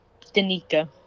Danica